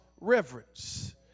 reverence